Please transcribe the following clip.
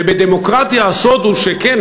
ובדמוקרטיה הסוד הוא שכן,